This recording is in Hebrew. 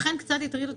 לכן קצת הטריד אותי,